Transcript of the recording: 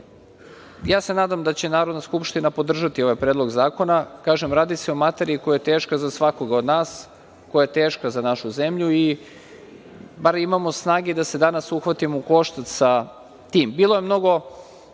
važno. Nadam se da će Narodna skupština podržati ovaj predlog zakona. Kažem, radi se o materiji koja je teška za svakog od nas, koja je teška za našu zemlju i bar imamo snage da se danas uhvatimo u koštac sa tim. Bilo je mnogo